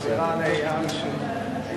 לחלוקת חיסכון פנסיוני בין בני-זוג שנפרדו,